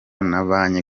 n’abanye